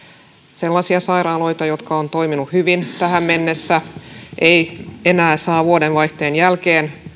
sellaisia sairaaloita jotka ovat toimineet hyvin tähän mennessä ne eivät enää saa vuodenvaihteen jälkeen